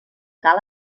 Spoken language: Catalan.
cal